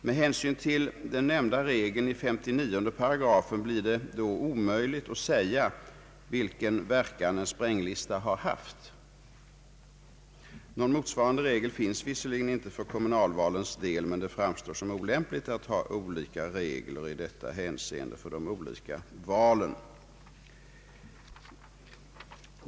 Med hän syn till den nämnda regeln i 59 § blir det då omöjligt att säga vilken verkan en spränglista har haft. Någon motsvarande regel finns visserligen inte för kommunalval, men det framstår som olämpligt att ha olika regler i detta hänseende för de olika valen.